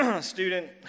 student